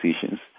decisions